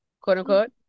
quote-unquote